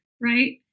right